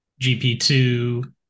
GP2